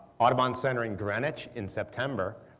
audubon center in greenwich in september,